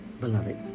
beloved